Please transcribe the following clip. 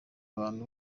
abantu